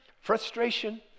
frustration